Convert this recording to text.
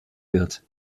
wird